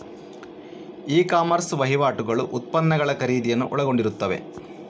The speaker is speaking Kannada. ಇ ಕಾಮರ್ಸ್ ವಹಿವಾಟುಗಳು ಉತ್ಪನ್ನಗಳ ಖರೀದಿಯನ್ನು ಒಳಗೊಂಡಿರುತ್ತವೆ